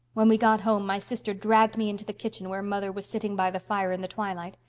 when we got home my sister dragged me into the kitchen where mother was sitting by the fire in the twilight.